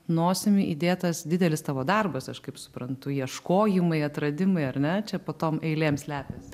nosimi įdėtas didelis tavo darbas aš kaip suprantu ieškojimai atradimai ar ne čia po tom eilėm slepiasi